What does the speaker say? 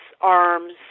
arms